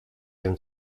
wiem